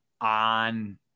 on